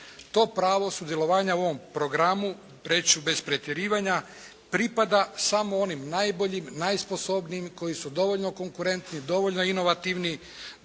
To pravo sudjelovanja u ovom programu, reći ću bez pretjerivanja, pripada samo onim najboljim, najsposobnijim koji su dovoljno konkurentni, dovoljno inovatni,